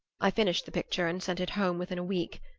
i finished the picture and sent it home within a week.